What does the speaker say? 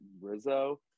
Rizzo